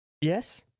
yes